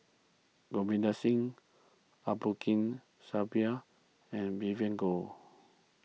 Ravinder Singh Abdul and Vivien Goh